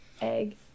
egg